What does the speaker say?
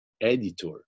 editor